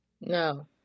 No